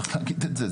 צריך להגיד את זה.